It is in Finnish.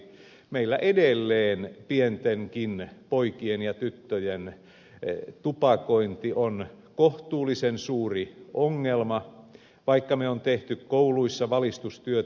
meillä edelleen pientenkin poikien ja tyttöjen tupakointi on kohtuullisen suuri ongelma vaikka me olemme tehneet kouluissa valistustyötä